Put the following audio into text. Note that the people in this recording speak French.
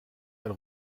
elle